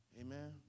Amen